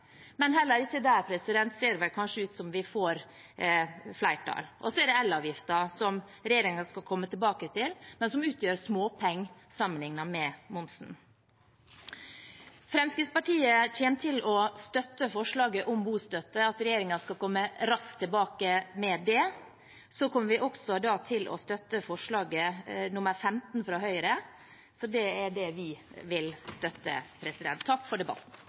Men heller ikke der ser det vel kanskje ut som vi får flertall. Så er det elavgiften, som regjeringen skal komme tilbake til, men som utgjør småpenger sammenlignet med momsen. Fremskrittspartiet kommer til å støtte forslaget om bostøtte, at regjeringen skal komme raskt tilbake med det. Så kommer vi også til å støtte forslag nr. 15, fra Høyre. Det er det vi vil støtte. Takk for debatten.